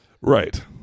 right